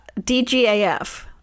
DGAF